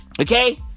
Okay